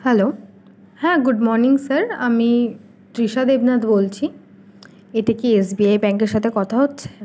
hello হ্যাঁ good morning sir আমি তৃষা দেবনাথ বলছি এটা কি এসবিআই ব্যাংকের সাথে কথা হচ্ছে